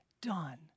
done